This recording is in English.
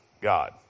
God